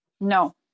No